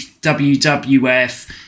WWF